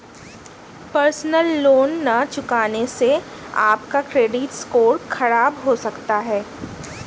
personal loan न चुकाने से आप का क्रेडिट स्कोर खराब हो सकता है